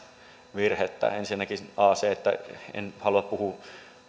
virhettä ensinnäkin en halua puhua